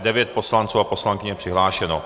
Devět poslanců a poslankyň je přihlášeno.